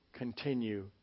Continue